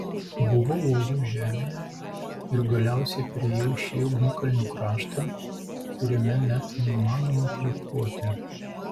buvau uolų žemėje ir galiausiai priėjau šį ugnikalnių kraštą kuriame net neįmanoma kvėpuoti